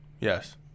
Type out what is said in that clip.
Yes